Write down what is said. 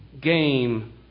Game